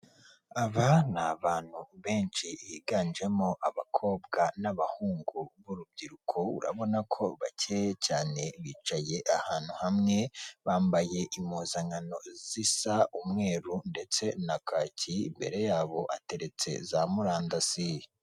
Aba ni abantu benshi higanjemo abakobwa n'abahungu b'urubyiruko urabona ko bakeye cyane, bicaye ahantu hamwe bambaye impuzankano zisa umweru ndetse na kaki, imbere yabo hateretse za murandasi.